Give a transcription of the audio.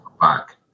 back